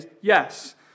Yes